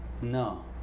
No